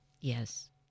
Yes